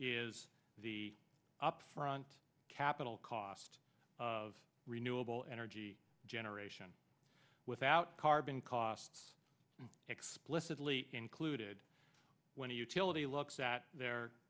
is the upfront capital cost of renewable energy generation without carbon costs explicitly included when the utility looks at their